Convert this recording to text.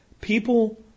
People